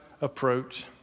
approach